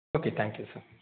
okay thank you sir